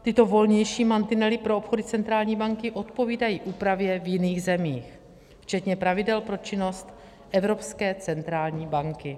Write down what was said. Tyto volnější mantinely pro obchody centrální banky odpovídají úpravě v jiných zemích včetně pravidel pro činnost Evropské centrální banky.